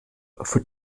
für